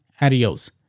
Adios